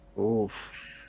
oof